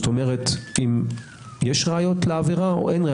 כלומר אם יש ראיות לעבירה או אין,